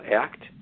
act